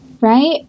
right